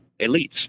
elites